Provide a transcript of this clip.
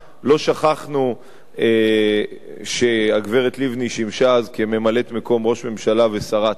לא שכחנו שהגברת לבני שימשה אז ממלאת-מקום ראש ממשלה ושרת החוץ,